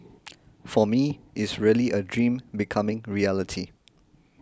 for me is really a dream becoming reality